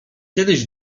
kiedyś